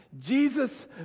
Jesus